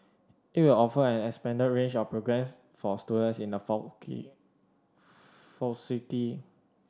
it will offer an expanded range of programmes for students in the faculty